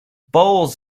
bowls